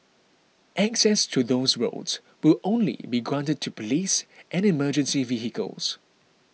access to those roads will only be granted to police and emergency vehicles